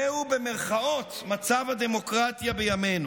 זהו מצב ה"דמוקרטיה" בימינו.